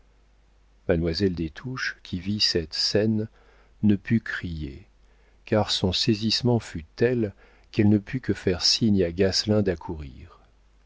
mademoiselle des touches qui vit cette scène ne put crier car son saisissement fut tel qu'elle ne put que faire signe à gasselin d'accourir